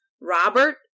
Robert